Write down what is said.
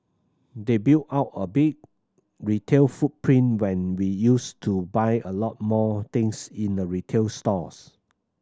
they built out a big retail footprint when we used to buy a lot more things in the retail stores